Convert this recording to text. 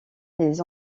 des